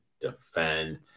defend